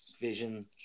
vision